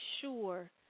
sure